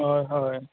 হয় হয়